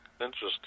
Interesting